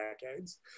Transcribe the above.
decades